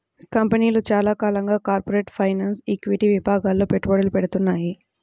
కంపెనీలు చాలా కాలంగా కార్పొరేట్ ఫైనాన్స్, ఈక్విటీ విభాగాల్లో పెట్టుబడులు పెడ్తున్నాయి